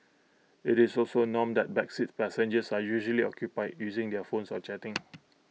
IT is also A norm that back seat passengers are usually occupied using their phones or chatting